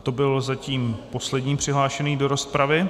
To byl zatím poslední přihlášený do rozpravy.